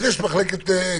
אז יש מחלקת קורונה.